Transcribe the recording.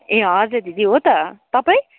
ए हजुर दिदी हो त तपाईँ